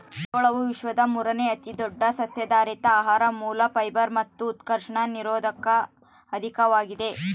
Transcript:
ಜೋಳವು ವಿಶ್ವದ ಮೂರುನೇ ಅತಿದೊಡ್ಡ ಸಸ್ಯಆಧಾರಿತ ಆಹಾರ ಮೂಲ ಫೈಬರ್ ಮತ್ತು ಉತ್ಕರ್ಷಣ ನಿರೋಧಕ ಅಧಿಕವಾಗಿದೆ